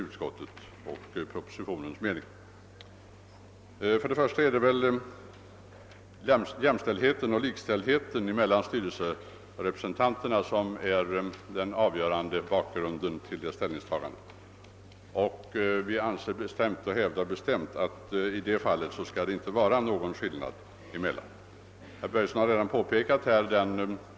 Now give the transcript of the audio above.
Bakgrunden till reservationen på denna punkt är uppfattningen att styrelseledamöterna bör vara jämställda och likställda. Vi hävdar bestämt att det inte bör finnas någon skillnad mellan styrelseledamöterna i det här avseendet.